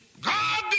God